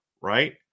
right